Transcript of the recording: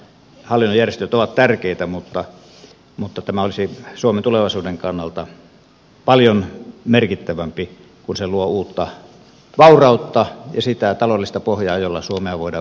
hallinnon järjestelyt ovat tärkeitä mutta tämä olisi suomen tulevaisuuden kannalta paljon merkittävämpi kun se luo uutta vaurautta ja sitä taloudellista pohjaa jolla suomea voidaan viedä eteenpäin